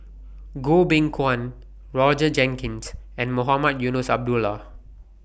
Goh Beng Kwan Roger Jenkins and Mohamed Eunos Abdullah